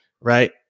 right